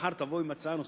מחר תבוא עם הצעה נוספת,